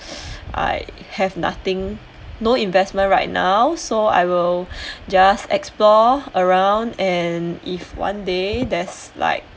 I have nothing no investment right now so I will just explore around and if one day there's like